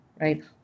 Right